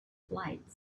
flight